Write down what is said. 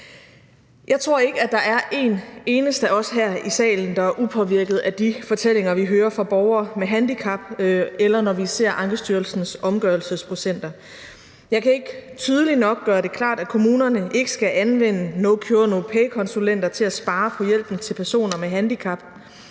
Jeg tror ikke, at der er en eneste af os her i salen, der er upåvirket af de fortællinger, vi hører fra borgere med handicap, eller når vi ser Ankestyrelsens omgørelsesprocenter. Jeg kan ikke tydeligt nok gøre det klart, at kommunerne ikke skal anvende no-cure-no-pay-konsulenter til at spare på hjælpen til personer med handicap,